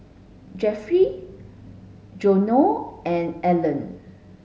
Jeffry Geno and Allan